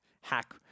hack